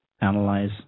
analyze